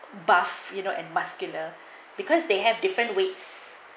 bath you know and muscular because they have different weights